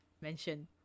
mention